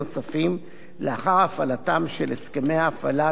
לאחר הפעלתם של הסכמי הפעלת התחבורה הציבורית,